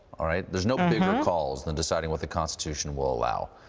all right? there's no bigger calls than deciding what the constitution will allow.